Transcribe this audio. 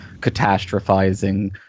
catastrophizing